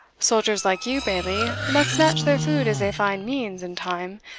soldiers like you, bailie, must snatch their food as they find means and time.